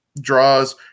draws